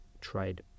trade